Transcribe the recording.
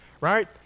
right